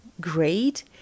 great